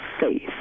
faith